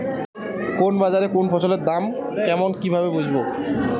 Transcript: কোন বাজারে কোন ফসলের দাম কেমন কি ভাবে বুঝব?